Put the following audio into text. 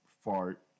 Fart